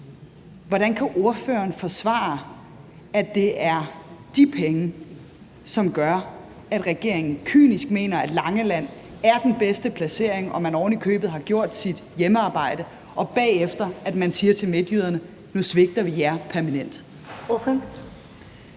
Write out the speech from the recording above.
Hvordan kan ordføreren forsvare, at det er de penge, som gør, at regeringen kynisk mener, at Langeland er den bedste placering, og at man ovenikøbet ikke har gjort sit hjemmearbejde, og at man bagefter siger til midtjyderne: Nu svigter vi jer permanent? Kl.